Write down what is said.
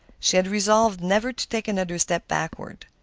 she had resolved never to take another step backward.